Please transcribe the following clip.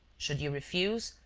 should you refuse,